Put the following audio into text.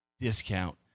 discount